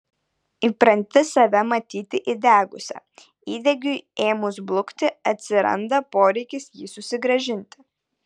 įpranti save matyti įdegusia įdegiui ėmus blukti atsiranda poreikis jį susigrąžinti